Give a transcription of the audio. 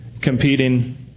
competing